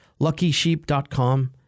luckysheep.com